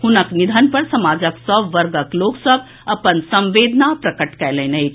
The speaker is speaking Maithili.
हुनक निधन पर समाजक सभ वर्गक लोक सभ अपन संवेदना प्रकट कयलनि अछि